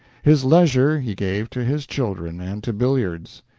his leisure he gave to his children and to billiards.